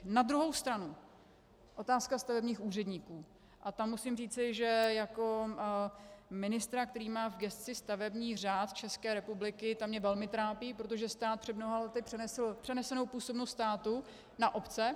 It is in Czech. Na druhou stranu otázka stavebních úředníků tam musím říci, že jako ministra, který má v gesci stavební řád České republiky, ta mě velmi trápí, protože stát před mnoha lety přenesl přenesenou působnost státu na obce.